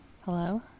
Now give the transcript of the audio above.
Hello